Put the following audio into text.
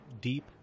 deep